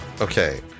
Okay